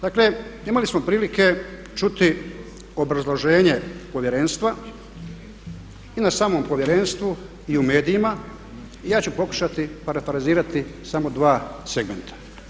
Dakle, imali smo prilike čuti obrazloženje Povjerenstva i na samom Povjerenstvu i u medijima ja ću pokušati parafrazirati samo dva segmenta.